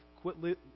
Quit